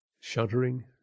shuddering